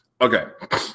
Okay